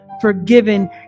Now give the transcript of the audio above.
forgiven